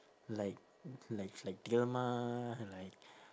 like like like dilmah like